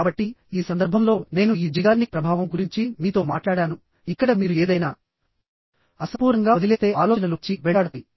కాబట్టి ఈ సందర్భంలో నేను ఈ జిగార్నిక్ ప్రభావం గురించి మీతో మాట్లాడాను ఇక్కడ మీరు ఏదైనా అసంపూర్ణంగా వదిలేస్తే ఆలోచనలు వచ్చి మిమ్మల్ని వెంటాడతాయి